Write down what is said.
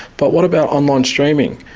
but what about online streaming?